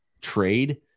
trade